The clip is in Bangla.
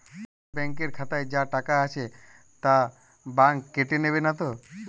আমার ব্যাঙ্ক এর খাতায় যা টাকা আছে তা বাংক কেটে নেবে নাতো?